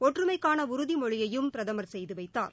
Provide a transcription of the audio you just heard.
ஒற்றுமைக்கான உறுதிமொழியையும் பிரதமர் செய்து வைத்தார்